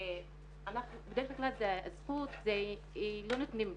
בדרך כלל זכות לא נותנים,